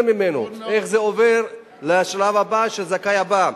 ממנו ואיך זה עובר לשלב הבא של הזכאי הבא.